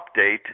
update